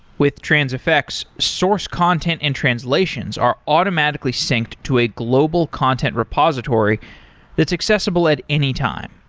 with transifex, source content and translations are automatically synced to a global content repository that's accessible at any time.